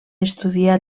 estudiar